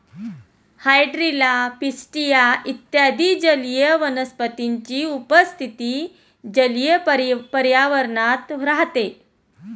hydrilla, pistia इत्यादी जलीय वनस्पतींची उपस्थिती जलीय पर्यावरणात राहते